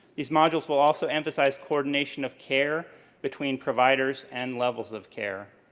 these modules will also emphasize coordination of care between providers and levels of care.